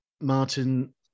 Martin